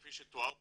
כפי שתואר פה,